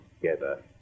together